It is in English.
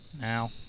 Now